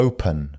Open